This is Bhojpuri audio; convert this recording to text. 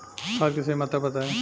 खाद के सही मात्रा बताई?